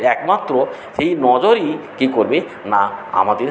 একমাত্র সেই নজরই কী করবে না আমাদের